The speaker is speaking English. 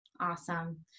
Awesome